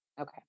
Okay